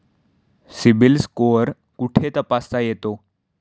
CIBIL score कुठे तपासता येतो?